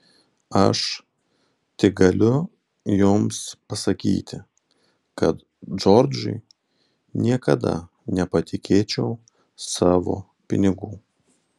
aš tik galiu jums pasakyti kad džordžui niekada nepatikėčiau savo pinigų